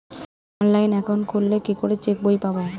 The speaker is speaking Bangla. অনলাইন একাউন্ট খুললে কি করে চেক বই পাব?